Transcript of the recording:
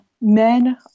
Men